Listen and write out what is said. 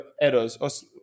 errors